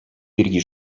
пирки